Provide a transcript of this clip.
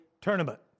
tournament